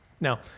Now